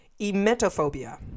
Emetophobia